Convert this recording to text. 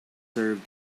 served